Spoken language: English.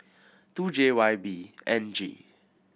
two J Y B N G